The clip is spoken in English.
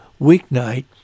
weeknight